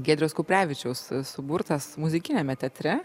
giedriaus kuprevičiaus suburtas muzikiniame teatre